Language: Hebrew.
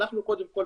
אנחנו קודם כל,